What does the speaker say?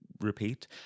repeat